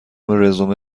رزومه